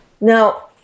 Now